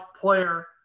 player